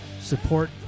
support